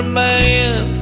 man